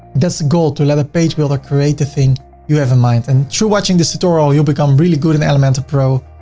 that's the goal, to let a page builder create the thing you have in mind, and through watching this tutorial, you'll become really good in elementor pro.